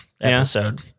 episode